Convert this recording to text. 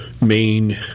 main